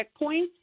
checkpoints